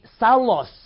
Salos